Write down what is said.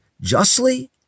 justly